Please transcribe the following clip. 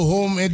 Home